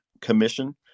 commission